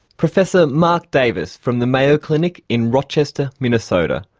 professor mark davis from the mayo clinic in rochester, minnesota.